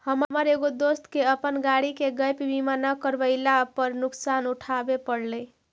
हमर एगो दोस्त के अपन गाड़ी के गैप बीमा न करवयला पर नुकसान उठाबे पड़लई